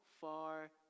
far